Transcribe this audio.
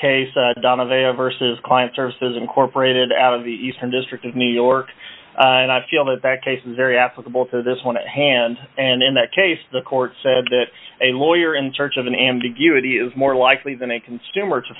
case donavan versus client services incorporated out of the east and district of new york and i feel that that case is very applicable to this one hand and in that case the court said that a lawyer in search of an ambiguity is more likely than a consumer to